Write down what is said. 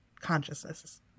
consciousness